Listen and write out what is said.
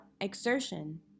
exertion